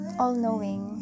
all-knowing